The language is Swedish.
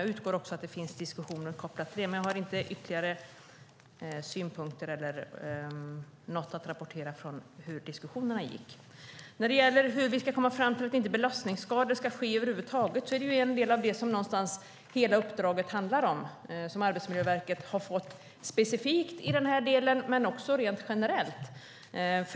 Jag utgår från att det finns diskussioner kopplade till detta, men jag har inte ytterligare synpunkter eller något att rapportera från hur diskussionerna gick. När det gäller hur vi ska komma fram till hur belastningsskador inte ska uppstå över huvud taget är det en del av det som hela uppdraget som Arbetsmiljöverket har fått handlar om - specifikt i den här delen men också rent generellt.